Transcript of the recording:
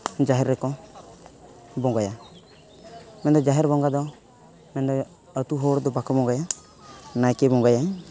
ᱡᱟᱦᱮᱨ ᱨᱮᱠᱚ ᱵᱚᱸᱜᱟᱭᱟ ᱢᱮᱱᱫᱚ ᱡᱟᱦᱮᱨ ᱵᱚᱸᱜᱟᱫᱚ ᱢᱮᱱᱫᱚ ᱟᱹᱛᱩ ᱦᱚᱲᱫᱚ ᱵᱟᱠᱚ ᱵᱚᱸᱜᱟᱭᱟ ᱱᱟᱭᱠᱮ ᱵᱚᱸᱜᱟᱭᱟᱭ